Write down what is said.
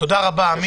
תודה רבה, עמית.